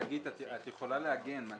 שגית, את יכולה להגן על